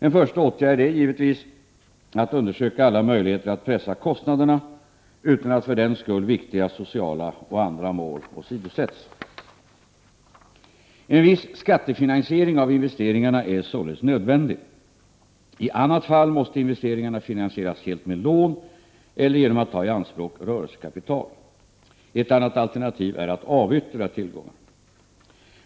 En första åtgärd är givetvis att undersöka alla möjligheter att pressa kostnaderna utan att för den skull viktiga sociala och andra mål åsidosätts. En viss skattefinansiering av investeringarna är således nödvändig. I annat fall måste investeringarna finansieras helt med lån eller genom att rörelsekapital tas i anspråk. Ett annat alternativ är att avyttra tillgångar.